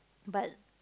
but